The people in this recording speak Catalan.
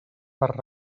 per